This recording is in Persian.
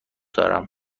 دارم